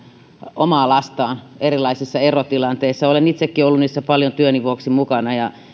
omaa lastaan erilaisissa erotilanteissa olen itsekin ollut niissä paljon työni vuoksi mukana ja